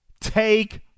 take